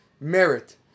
merit